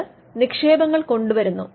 അത് നിക്ഷേപങ്ങൾ കൊണ്ടുവരുന്നു